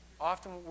often